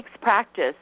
practice